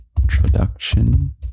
introduction